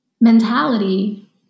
mentality